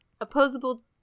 opposable